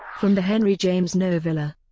from the henry james novella.